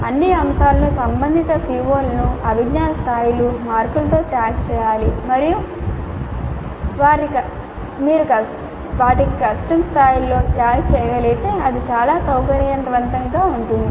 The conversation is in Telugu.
అన్ని అంశాలను సంబంధిత CO లు అభిజ్ఞా స్థాయిలు మార్కులతో ట్యాగ్ చేయాలి మరియు మీరు వాటిని కష్టం స్థాయిలతో ట్యాగ్ చేయగలిగితే అది చాలా సౌకర్యవంతంగా ఉంటుంది